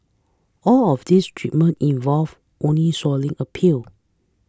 all of these treatments involve only swallowing a pill